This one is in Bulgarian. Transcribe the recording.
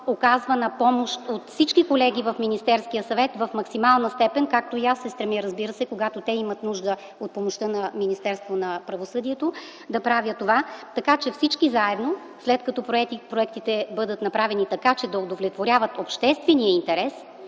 оказвана помощ от всички колеги от Министерския съвет в максимална степен, както и аз се стремя, когато те имат нужда от помощта на Министерството на правосъдието, да правя това. Така че всички заедно, след като законопроектите бъдат направени така, че да удовлетворяват обществения интерес,